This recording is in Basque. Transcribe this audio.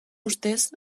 ustez